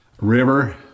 river